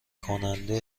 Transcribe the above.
کنده